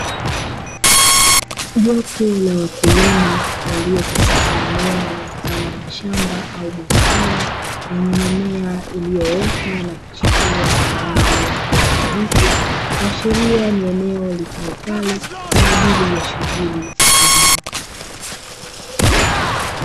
Jopo la wakulima walio katika eneo mfano wa shamba au bustani, lenye mimea iliyoota na kuchipua kwa rangi ya kijani kibichi. Kuashiria ni eneo litumikalo kwaajili ya shughuli za kilimo.